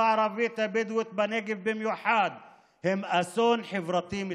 הערבית-הבדואית בנגב במיוחד הם אסון חברתי מתמשך.